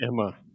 Emma